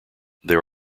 there